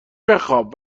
بخواب